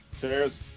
Cheers